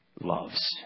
loves